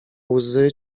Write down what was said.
łzy